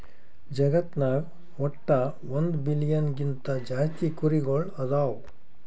ಜಗತ್ನಾಗ್ ವಟ್ಟ್ ಒಂದ್ ಬಿಲಿಯನ್ ಗಿಂತಾ ಜಾಸ್ತಿ ಕುರಿಗೊಳ್ ಅದಾವ್